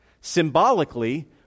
Symbolically